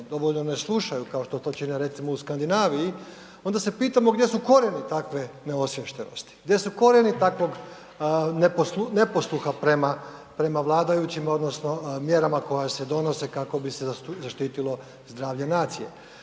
dovoljno ne slušaju kao što to čine recimo u Skandinaviji onda se pitamo gdje su korijeni takve neosviještenosti, gdje su korijeni takvog neposluha prema vladajućima odnosno mjerama koje se donose kako bi se zaštitilo zdravlje nacije?